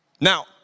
Now